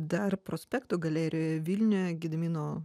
dar prospekto galerijoje vilniuje gedimino